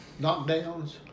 knockdowns